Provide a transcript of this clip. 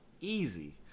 easy